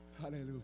Hallelujah